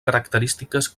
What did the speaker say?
característiques